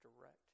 direct